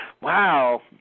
Wow